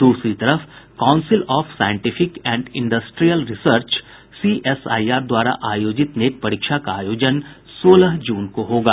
दूसरी तरफ council of scientific and industrial research CSIR द्वारा आयोजित नेट परीक्षा का आयोजन सोलह जून को होगा